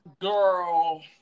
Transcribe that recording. girl